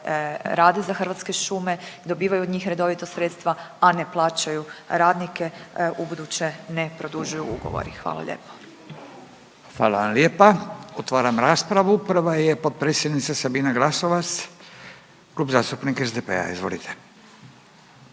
rade za Hrvatske šume, dobivaju od njih redovita sredstva, a ne plaćaju radnike ubuduće ne produžuju ugovori. Hvala lijepo. **Radin, Furio (Nezavisni)** Hvala vam lijepa. Otvaram raspravu, prva je potpredsjednica Sabina Glasovac, Klub zastupnika SDP-a. Izvolite.